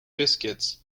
biscuits